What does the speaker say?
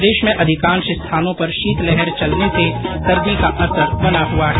प्रदेश में अधिकांश स्थानों पर शीतलहर चलने से सर्दी का असर बना हुआ है